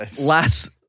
Last